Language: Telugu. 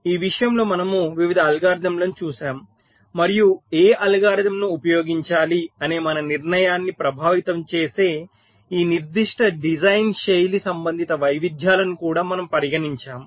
ఈ విషయంలో మనము వివిధ అల్గోరిథంలను చూశాము మరియు ఏ అల్గోరిథం ను ఉపయోగించాలి అనే మన నిర్ణయాన్ని ప్రభావితం చేసే ఈ నిర్దిష్ట డిజైన్ శైలి సంబంధిత వైవిధ్యాలను కూడా మనము పరిగణించాము